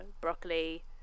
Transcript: broccoli